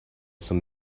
zum